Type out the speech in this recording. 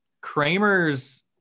Kramer's